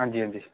हां जी हां जी